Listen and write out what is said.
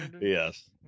Yes